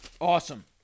Awesome